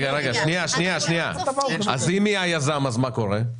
אם היא היזם, מה קורה?